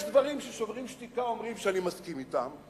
יש דברים ש"שוברים שתיקה" אומרים ואני מסכים אתם,